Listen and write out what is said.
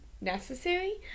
necessary